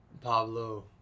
pablo